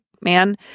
man